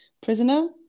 Prisoner